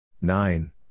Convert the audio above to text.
nine